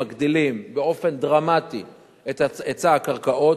אנחנו מגדילים באופן דרמטי את היצע הקרקעות.